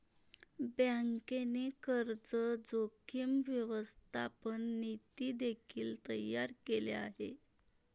बँकेने कर्ज जोखीम व्यवस्थापन नीती देखील तयार केले आहे